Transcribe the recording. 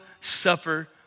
suffer